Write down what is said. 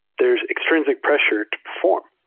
there is extrinsic pressure to perform.